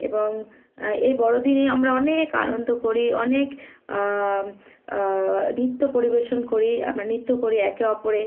এবং এই বড়দিনেই আমরা অনেক আনন্দ করি অনেক নিত্য পরিবেশন করি আমরা নৃত্য করি একে অপরে